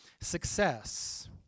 success